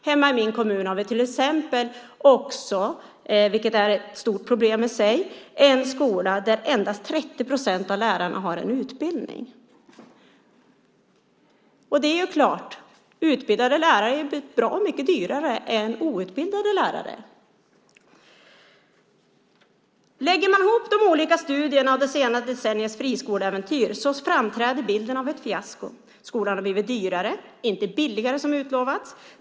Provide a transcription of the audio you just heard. Hemma i min kommun har vi också, vilket är ett stort problem i sig, en skola där endast 30 procent av lärarna har en utbildning. Utbildade lärare är förstås bra mycket dyrare än outbildade lärare. Lägger man ihop de olika studierna av de senaste decenniernas friskoleäventyr framträder bilden av ett fiasko. Skolan har blivit dyrare, inte billigare, som utlovades.